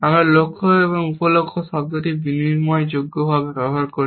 আমরা লক্ষ্য এবং উপ লক্ষ্য শব্দটি বিনিময়যোগ্যভাবে ব্যবহার করি